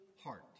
heart